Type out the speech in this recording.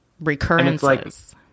recurrences